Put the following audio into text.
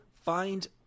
find